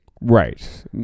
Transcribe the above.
Right